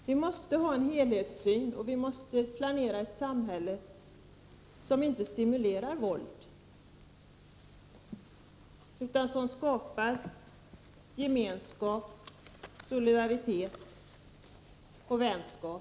Vi måste ha en helhetssyn, och vi måste planera för ett samhälle som inte stimulerar till våld utan som i stället skapar gemenskap, solidaritet och vänskap.